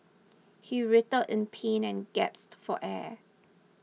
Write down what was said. he writhed in pain and gasped for air